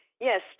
Yes